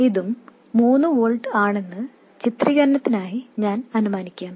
ഇതും 3 വോൾട്ട് ആണെന്ന് വിശദീകരിക്കുന്നതിനായി ഞാൻ അനുമാനിക്കാം